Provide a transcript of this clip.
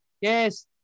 Yes